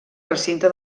recinte